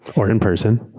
or in person.